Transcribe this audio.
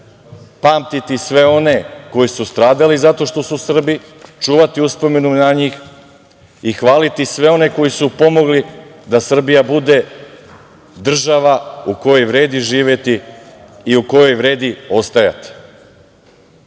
pamtiti sve one koji su stradali zato što su Srbi, čuvati uspomenu na njih i hvaliti sve one koji su pomogli da Srbija bude država u kojoj vredi živeti i u kojoj vredi ostajati. Samo